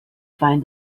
find